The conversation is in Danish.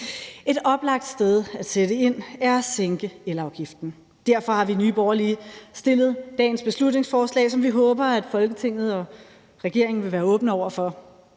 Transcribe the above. Et oplagt sted at sætte ind er at sænke elafgiften. Derfor har vi i Nye Borgerlige fremsat dagens beslutningsforslag, som vi håber at Folketinget og regeringen vil være åbne over for.